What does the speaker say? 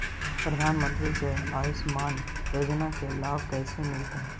प्रधानमंत्री के आयुषमान योजना के लाभ कैसे मिलतै?